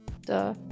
Duh